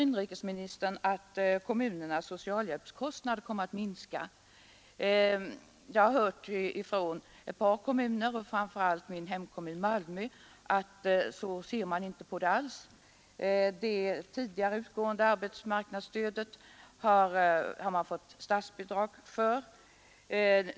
Inrikesministern säger att kommunernas = socialhjälpskostnader kommer att minska. Från ett par kommuner, framför allt min hemkommun Malmö, har jag hört att man inte alls ser så på frågan. För det tidigare utgående arbetslöshetsunderstödet har man fått statsbidrag.